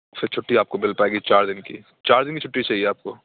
پھر چھٹی آپ کو مل پائے گی چار دن کی چار دن کی چھٹی چاہیے آپ کو